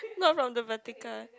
not from the vertical